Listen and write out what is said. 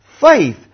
faith